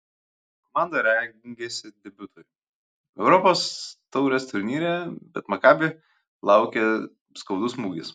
komanda rengėsi debiutui europos taurės turnyre bet makabi laukė skaudus smūgis